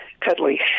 cuddly